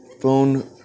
phone